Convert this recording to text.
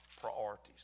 priorities